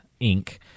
Inc